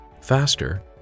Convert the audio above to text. faster